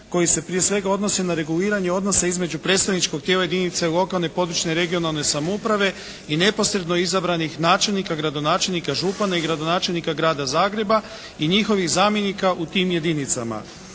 koji se prije svega odnosi na reguliranje odnosa između predstavničkog tijela jedinice lokalne i područne (regionalne) samouprave i neposredno izabranih načelnika, gradonačelnika, župana i gradonačelnika Grada Zagreba i njihovih zamjenika u tim jedinicama.